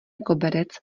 koberec